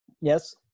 Yes